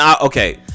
Okay